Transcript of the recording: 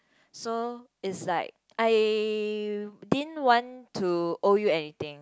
so is like I didn't want to owe you anything